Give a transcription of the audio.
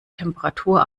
temperatur